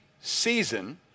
season